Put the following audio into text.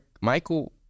Michael